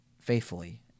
faithfully